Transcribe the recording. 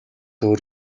өөр